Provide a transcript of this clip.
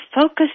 focus